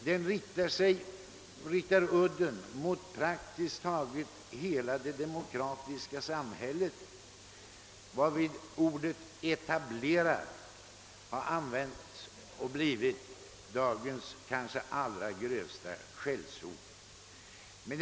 Den riktar udden mot praktiskt taget hela det demokra tiska samhället, varvid ordet »etablerad» har blivit dagens kanske allra grövsta skällsord.